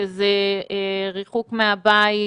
שזה ריחוק מהבית,